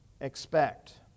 expect